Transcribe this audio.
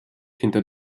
hinter